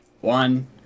One